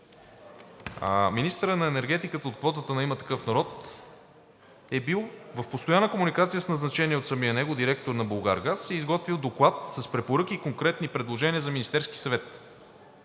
Министърът на енергетиката от квотата на „Има такъв народ“ е бил в постоянна комуникация с назначения от самия него директор на „Булгаргаз“ и е изготвил доклад с препоръки и конкретни предложения за Министерския съвет.